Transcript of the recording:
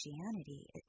Christianity